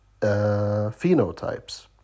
phenotypes